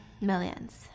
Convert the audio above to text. Millions